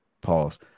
Pause